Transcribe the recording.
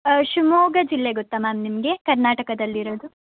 ಶಿವಮೊಗ್ಗ ಜಿಲ್ಲೆ ಗೊತ್ತಾ ಮ್ಯಾಮ್ ನಿಮಗೆ ಕರ್ನಾಟಕದಲ್ಲಿರೋದು